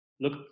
look